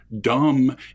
dumb